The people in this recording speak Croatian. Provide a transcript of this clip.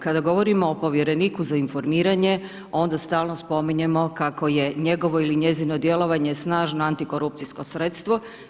Kada govorimo o povjereniku za informiranje, onda stalno spominjemo kako je njegovo ili njezino djelovanje snažno antikorupcijsko sredstvo.